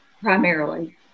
primarily